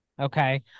Okay